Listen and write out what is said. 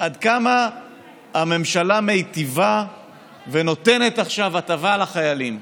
עד כמה הממשלה מיטיבה ונותנת עכשיו הטבה לחיילים.